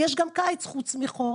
יש גם קיץ חוץ מחורף,